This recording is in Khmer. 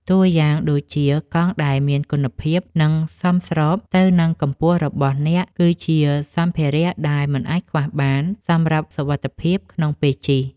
តួយ៉ាងដូចជា កង់ដែលមានគុណភាព និងសមស្របទៅនឹងកម្ពស់របស់អ្នក គឺជាសម្ភារៈដែលមិនអាចខ្វះបានសម្រាប់សុវត្ថិភាពក្នុងពេលជិះ។